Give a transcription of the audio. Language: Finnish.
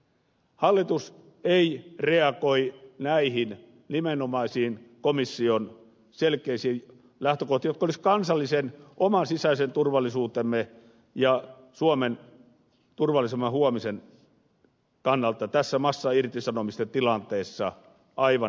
hallitus ei reagoi näihin nimenomaisiin komission selkeisiin lähtökohtiin jotka olisivat kansallisen oman sisäisen turvallisuutemme ja suomen turvallisemman huomisen kannalta tässä massairtisanomisten tilanteessa aivan välttämättömiä